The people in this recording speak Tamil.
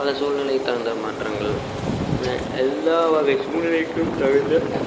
பல சூழ்நிலைக்கு தகுந்த மாற்றங்கள் என எல்லா வகை சூழ்நிலைக்கும் தகுந்த